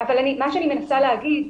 אני מנסה לומר,